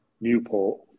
Newport